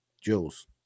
Jules